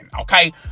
okay